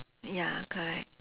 ya correct